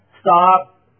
Stop